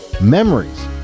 memories